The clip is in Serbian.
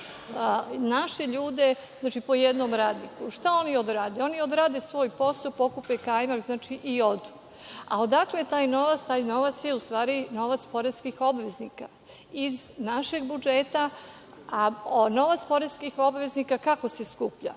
naše ljude, znači, po jednom radniku. Šta oni odrade? Oni odrade svoj posao, pokupe kajmak i odu. A odakle je taj novac? Taj novac je u stvari novac poreskih obveznika iz našeg budžeta. A novac poreskih obveznika kako se skuplja?